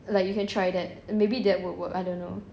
like you can try that maybe that would work I don't know